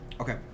Okay